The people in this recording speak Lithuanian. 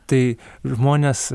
tai žmonės